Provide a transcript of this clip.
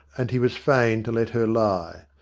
and he was fain to let her lie.